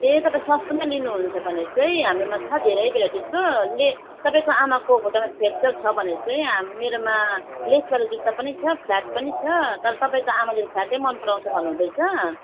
ए तपाईँ सस्तोमै लिनुहुन्छ भने चाहिँ हाम्रोमा छ धेरै भेराइटिजको ले तपाईँको आमाको खुट्टामा फ्र्याक्चर छ भने चाहिँ मेरोमा लेसवाला जुत्ता पनि छ फ्ल्याट पनि छ तर तपाईँको आमाले फ्ल्याटै मन पराउँछ भन्नुहुँदैछ